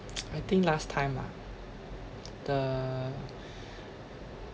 I think last time ah the